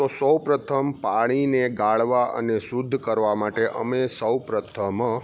તો સૌપ્રથમ પાણીને ગાળવા અને શુદ્ધ કરવા માટે અમે સૌપ્રથમ